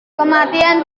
kematian